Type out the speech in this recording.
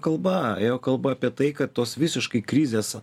kalba ėjo kalba apie tai kad tos visiškai krizės